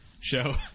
show